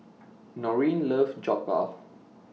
Norene loves Jokbal